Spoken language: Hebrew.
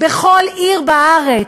בכל עיר בארץ?